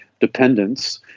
dependence